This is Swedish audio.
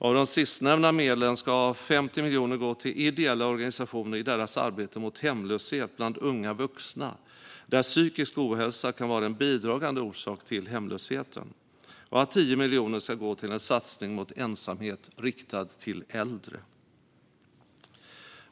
Av de sistnämnda medlen ska 50 miljoner gå till ideella organisationer i deras arbete mot hemlöshet bland unga vuxna där psykisk ohälsa kan vara en bidragande orsak till hemlösheten, och 10 miljoner ska gå till en riktad satsning mot ensamhet hos äldre.